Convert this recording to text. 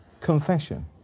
confession